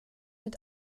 mit